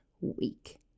week